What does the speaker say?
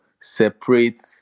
separate